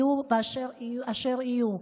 יהיו אשר יהיו.